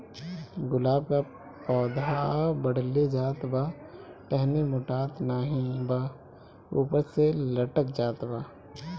गुलाब क पौधा बढ़ले जात बा टहनी मोटात नाहीं बा ऊपर से लटक जात बा?